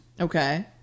Okay